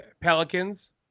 Pelicans